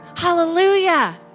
Hallelujah